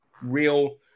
real